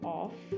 off